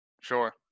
sure